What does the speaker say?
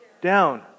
down